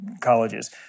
colleges